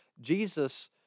Jesus